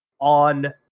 on